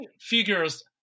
figures